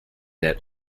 that